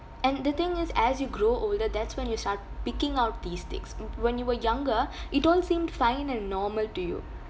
and the thing is as you grow older that's when you start picking out these things mm when you were younger it all seemed fine and normal to you